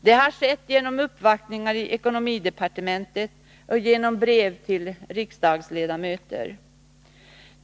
Det har skett genom uppvaktningar i ekonomidepartementet och genom brev till riksdagsledamöter.